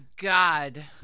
God